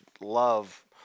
love